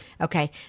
Okay